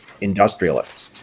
industrialists